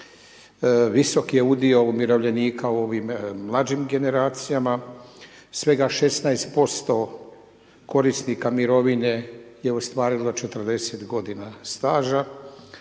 visok je udio umirovljenika u ovim mlađim generacijama, svega 16% korisnika mirovine je ostvarilo 40 g. staža.